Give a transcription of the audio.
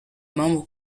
membre